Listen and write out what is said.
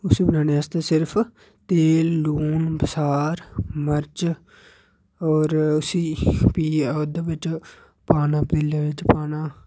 उसी बनाने आस्तै सिर्फ तेल लून बसार मर्च ते ओह् उसी पीहै ओह्दे बिच पाना पतीले बिच पाना